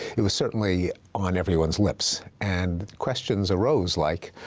it was certainly on everyone's lips. and questions arose like